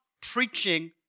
preaching